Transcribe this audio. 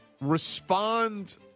respond